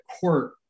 court